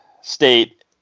state